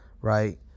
right